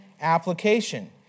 application